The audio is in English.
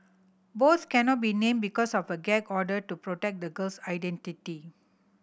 both cannot be named because of a gag order to protect the girl's identity